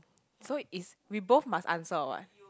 so is we both must answer or what